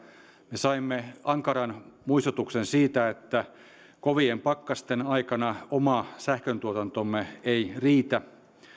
me saimme ankaran muistutuksen siitä että kovien pakkasten aikana oma sähköntuotantomme ei riitä